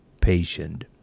patient